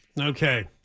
Okay